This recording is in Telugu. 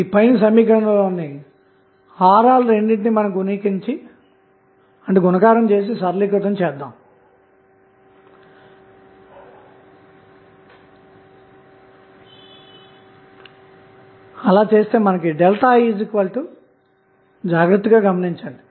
ఇప్పుడు పైన సమీకరణం లో హారాలు రెంటిని గుణించి సరళీకృతం చేద్దాము